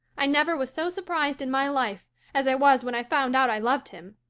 i never was so surprised in my life as i was when i found out i loved him.